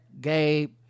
Gabe